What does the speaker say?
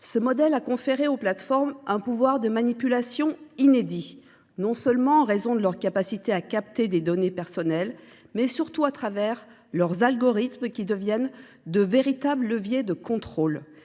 Ce modèle a conféré aux plateformes un pouvoir de manipulation lui même inédit, non seulement en raison de leur capacité à capter des données personnelles, mais aussi et surtout du fait de leurs algorithmes, qui deviennent de véritables leviers de contrôle.